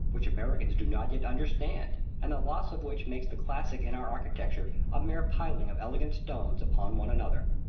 which americans do not yet understand and the loss of which makes the classic in our architecture a mere piling of elegant stones upon one another.